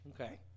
Okay